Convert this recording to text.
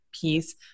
piece